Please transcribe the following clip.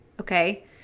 okay